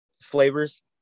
flavors